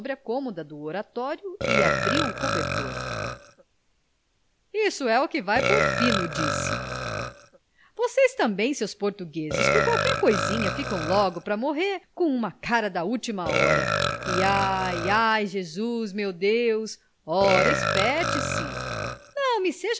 cômoda do oratório e abriu o cobertor isso é que o vai pôr fino disse vocês também seus portugueses por qualquer coisinha ficam logo pra morrer com uma cara da última hora e ai ai jesus meu deus ora esperte se não me